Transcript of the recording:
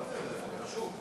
אני רשום.